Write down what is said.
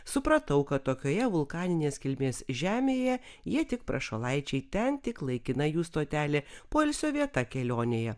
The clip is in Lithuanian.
supratau kad tokioje vulkaninės kilmės žemėje jie tik prašalaičiai ten tik laikina jų stotelė poilsio vieta kelionėje